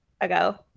ago